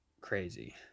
Crazy